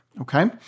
okay